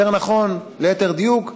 יותר נכון, ליתר דיוק,